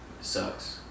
sucks